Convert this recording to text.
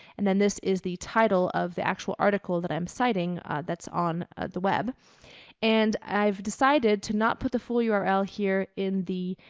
and then this is the title of the actual article that i'm citing that's on ah the web and i've decided to not put the full yeah url here in the